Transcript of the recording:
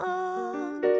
on